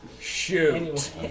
shoot